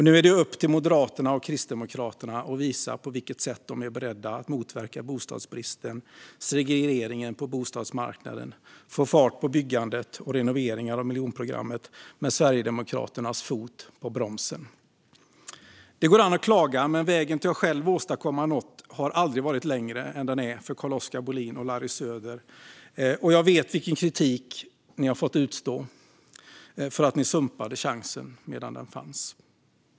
Nu är det upp till Moderaterna och Kristdemokraterna att visa på vilket sätt de är beredda att motverka bostadsbristen och segregeringen på bostadsmarknaden och få fart på byggandet och renoveringar av miljonprogramsområdena med Sverigedemokraternas fot på bromsen. Det går an att klaga, men vägen till att själva åstadkomma något har aldrig varit längre än den nu är för Carl-Oskar Bohlin och Larry Söder. Jag vet vilken kritik ni har fått utstå för att ni sumpade chansen medan den fanns.